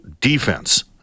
defense